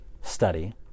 study